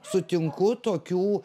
sutinku tokių